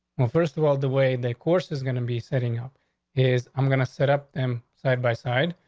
well, first of all, the way the course is gonna be setting up is i'm gonna set up them side by side.